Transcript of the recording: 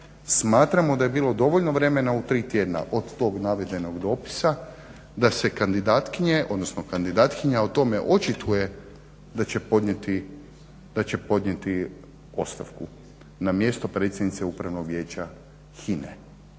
smatramo da je bilo dovoljno vremena u tri tjedna od tog navedenog dopisa da se kandidatkinje, odnosno kandidatkinja o tome očituje da će podnijeti ostavku na mjesto predsjednice Upravnog vijeća HINA-e